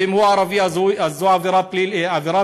ואם הוא ערבי, אז זו עבירה ביטחונית.